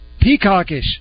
Peacockish